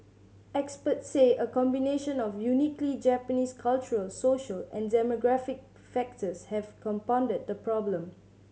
experts say a combination of uniquely Japanese cultural social and demographic factors have compounded the problem